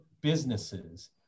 businesses